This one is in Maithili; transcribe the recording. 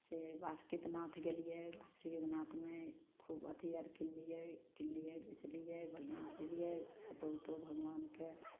से बासुकितनाथ गेलियै बासुकितनाथमे खूब अथी आओर किनलियै किनलियै बेचलीयै बढ़िआँ से एलियै फोटो ओटो भगवानके